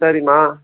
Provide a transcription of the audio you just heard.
சரிம்மா